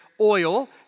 oil